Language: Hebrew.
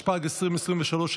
התשפ"ג 2023,